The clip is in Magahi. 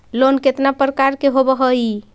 लोन केतना प्रकार के होव हइ?